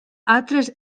altres